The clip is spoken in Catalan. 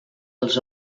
els